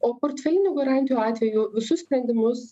o portfelinių garantijų atveju visus sprendimus